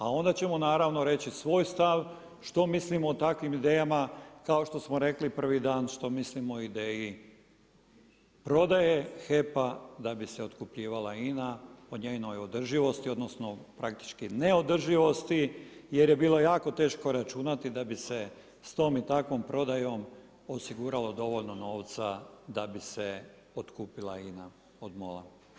A onda ćemo naravno reći stoj stav što mislimo o takvim idejama kao što smo rekli prvi dan što mislimo o ideji prodaje HEP-a da bi se otkupljivala INA o njenoj održivosti odnosno praktički neodrživosti jer je bilo jako teško računati da bi se s tom i takvom prodajom osiguralo dovoljno novca da bi se otkupila INA od MOL-a.